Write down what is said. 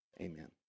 amen